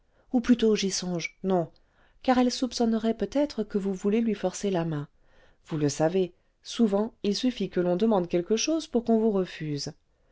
ou plutôt j'y songe non car elle soupçonnerait peut-être que vous voulez lui forcer la main vous le savez souvent il suffit qu'on demande quelque chose pour qu'on vous refuse